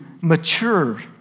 mature